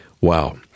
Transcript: Wow